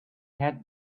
had